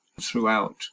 throughout